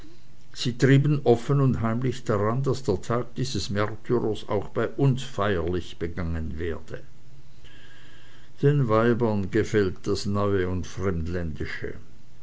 sie trieben offen und heimlich daran daß der tag dieses märtyrers auch bei uns feierlich begangen werde den weibern gefällt das neue und